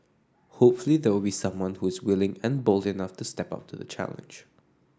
hopefully there will be someone who's willing and bold enough to step up to the challenge